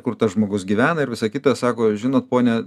kur tas žmogus gyvena ir visą kitą sako žinot pone